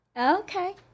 Okay